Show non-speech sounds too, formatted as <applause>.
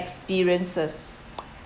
experiences <noise>